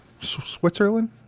Switzerland